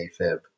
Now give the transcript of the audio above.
AFib